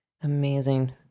Amazing